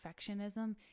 perfectionism